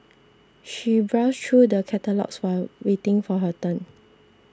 she browsed through the catalogues while waiting for her turn